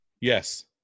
Yes